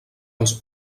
els